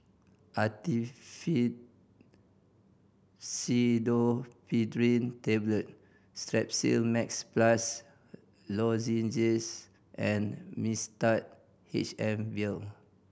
Actifed Pseudoephedrine Tablet Strepsil Max Plus Lozenges and Mixtard H M Vial